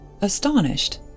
Astonished